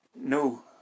no